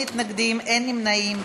מתנגדים, אין נמנעים.